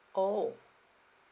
orh